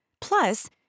Plus